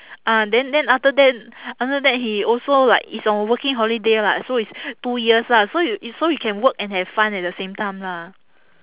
ah then then after that after that he also like is on working holiday lah so it's two years lah so you so you can work and have fun at the same time lah